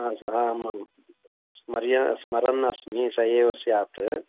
हा हा आम् आम् स्मर्य स्मरन् अस्मि स एव स्यात्